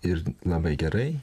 ir labai gerai